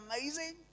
amazing